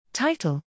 TITLE